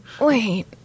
wait